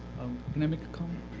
can i make a comment?